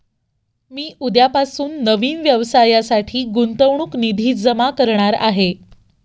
मी उद्यापासून नवीन व्यवसायासाठी गुंतवणूक निधी जमा करणार आहे